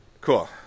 cool